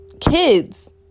Kids